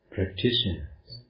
Practitioners